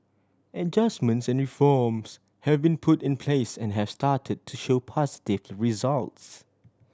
adjustments and reforms have been put in place and have started to show positive results